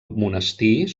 monestir